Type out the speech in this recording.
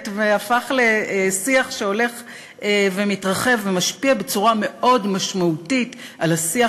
והפך לשיח שהולך ומתרחב ומשפיע בצורה מאוד משמעותית על השיח,